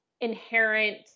inherent